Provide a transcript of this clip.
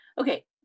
Okay